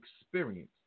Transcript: experience